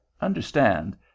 Understand